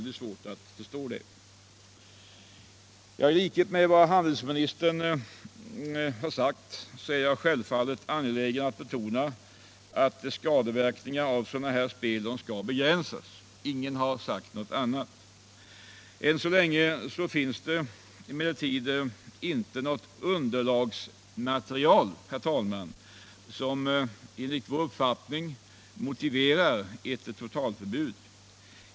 I likhet med handelsministern är jag självfallet angelägen om att betona att skadeverkningarna av dessa spel skall begränsas. Ingen har sagt något annat. Än så länge finns dock inte sådant underlagsmaterial som enligt vår uppfattning motiverar ett totalförbud.